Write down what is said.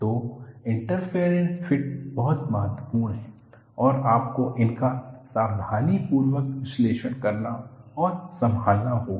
तो interference fit बहुत महत्वपूर्ण हैं और आपको उनका सावधानीपूर्वक विश्लेषण करना और संभालना होगा